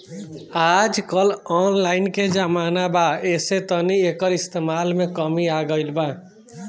आजकल ऑनलाइन के जमाना बा ऐसे तनी एकर इस्तमाल में कमी आ गइल बा